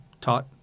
taught